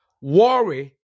Worry